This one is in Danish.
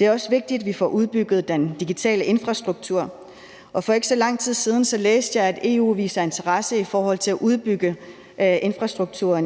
Det er også vigtigt, at vi får udbygget den digitale infrastruktur, og for ikke så lang tid siden læste jeg, at EU viser interesse i forhold til at udbygge